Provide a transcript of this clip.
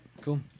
Cool